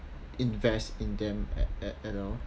invest in them at at at all